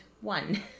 one